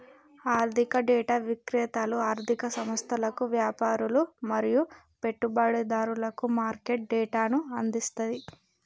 ఆర్థిక డేటా విక్రేతలు ఆర్ధిక సంస్థలకు, వ్యాపారులు మరియు పెట్టుబడిదారులకు మార్కెట్ డేటాను అందిస్తది